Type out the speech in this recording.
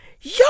yo